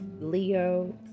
leo